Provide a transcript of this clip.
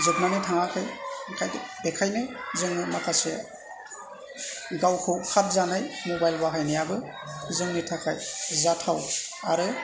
जोबनानै थाङाखै ओंखायनो बेखायनो जोङो माखासे गावखौ खाब जानाय मबाइल बाहायनायाबो जोंनि थाखाय जाथाव आरो